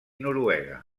noruega